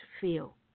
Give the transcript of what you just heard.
feel